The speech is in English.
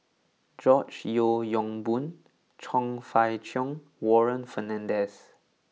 George Yeo Yong Boon Chong Fah Cheong Warren Fernandez